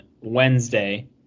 Wednesday